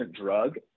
drug